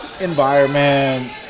environment